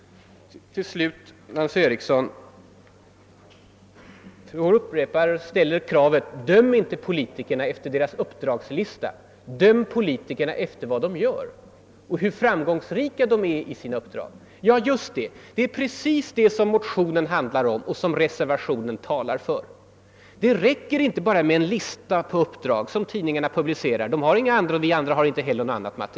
Till slut upprepar fru Eriksson kravet att vi inte skall döma politikerna efter deras uppdragslistor, utan efter hur framgångsrika de är i sina uppdrag. Ja, just det! Det är precis vad motionen handlar om och reservationen talar för. Det räcker inte med sådana listor över uppdrag som tidningarna publicerar och som är det enda ma terial vi har i dag.